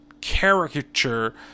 caricature